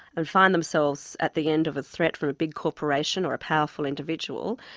and find themselves at the end of a threat from a big corporation or a powerful individual,